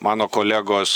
mano kolegos